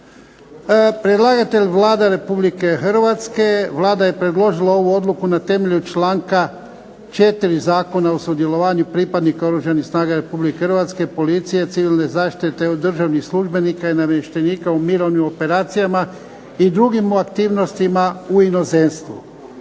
Predlagatelj je Vlada Republike Hrvatske. Vlada je predložila ovu odluku na temelju članka 4. Zakona o sudjelovanju pripadnika Oružanih snaga Republike Hrvatske, policije, civilne zaštite te državnih službenika i namještenika u mirovnim operacijama i drugim aktivnostima u inozemstvu.